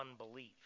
unbelief